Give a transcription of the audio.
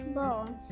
bone